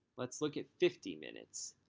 let's look at fifty minutes.